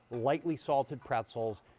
lightly salted pretzels,